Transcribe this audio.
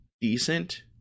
decent